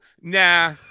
nah